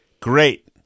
Great